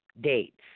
dates